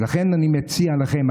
אז לכן אני מציע לכם,